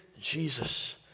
Jesus